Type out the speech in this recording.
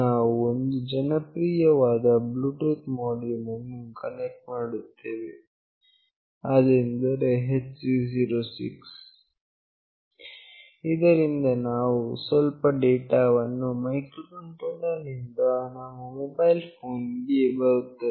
ನಾವು ಒಂದು ಜನಪ್ರಿಯ ವಾದ ಬ್ಲೂಟೂತ್ ಮೋಡ್ಯುಲ್ ಅನ್ನು ಕನೆಕ್ಟ್ ಮಾಡುತ್ತೇವೆ ಅದೆಂದರೆ HC 06 ಇದರಿಂದ ನಾವು ಸ್ವಲ್ಪ ಡೇಟಾವನ್ನು ಮೈಕ್ರೋಕಂಟ್ರೋಲರ್ ನಿಂದ ನಮ್ಮ ಮೊಬೈಲ್ ಫೋನ್ ಗೆ ಬರುತ್ತದೆ